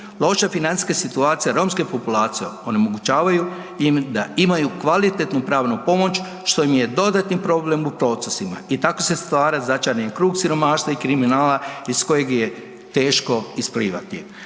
Loša financijska situacija romske populacije onemogućavaju im da imaju kvalitetnu pravnu pomoć što im je dodatni problem u procesima i tako se stvara začarani krug siromaštva i kriminala iz kojeg je teško isplivati.